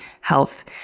health